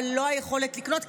אבל לא היכולת לקנות,